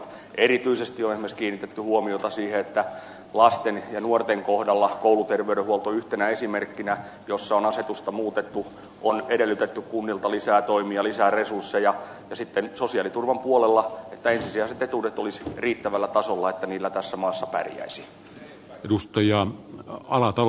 erityisesti on esimerkiksi kiinnitetty huomiota siihen että lasten ja nuorten kohdalla kouluterveydenhuolto yhtenä esimerkkinä jossa on asetusta muutettu on edellytetty kunnilta lisää toimia lisää resursseja ja sitten sosiaaliturvan puolella että ensisijaiset etuudet olisivat riittävällä tasolla että niillä tässä maassa pärjäisi